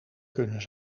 kunnen